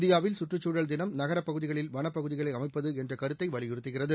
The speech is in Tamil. இந்தியாவில் சுற்றுச் சூழல் தினம் நகரப் பகுதிகளில் வனப்பகுதிகளை அமைப்பது என்ற கருத்தை வலியுறுத்துகிறது